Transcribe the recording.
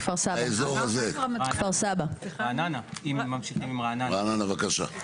רעננה בבקשה.